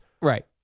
Right